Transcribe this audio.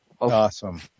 Awesome